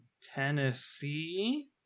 Tennessee